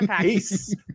peace